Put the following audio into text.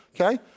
Okay